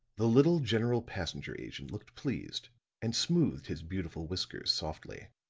the little general passenger agent looked pleased and smoothed his beautiful whiskers softly.